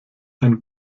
ein